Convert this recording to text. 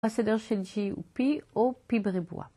הסדר של G הוא P או P בריבוע.